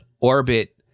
orbit